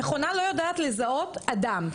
המכונה לא יודעת לזהות אדם.